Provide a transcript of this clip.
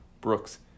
Brooks